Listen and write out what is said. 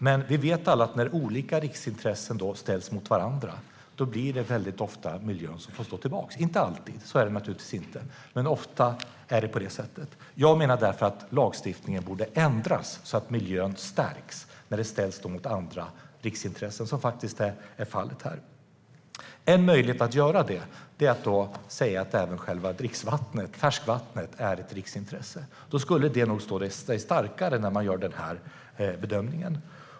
Men vi vet alla att när olika riksintressen ställs mot varandra är det ofta miljölagstiftningen som får stå tillbaka - naturligtvis inte alltid, men det är ofta på det sättet. Jag menar därför att lagstiftningen borde ändras så att miljön stärks när den ställs mot andra riksintressen som är fallet här. En möjlighet att göra det är att säga att färskvattnet är ett riksintresse. Då skulle det stå sig starkare när man gör bedömningen.